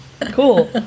Cool